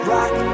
Rock